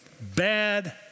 bad